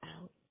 out